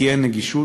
כי אין נגישות.